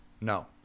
No